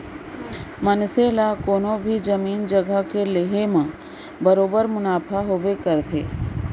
मनसे ला कोनों भी जमीन जघा के लेहे म बरोबर मुनाफा होबे करथे